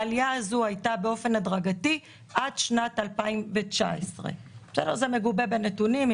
העלייה הזאת הייתה באופן הדרגתי עד שנת 2019. זה מגובה בנתונים.